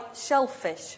shellfish